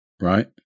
right